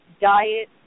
diet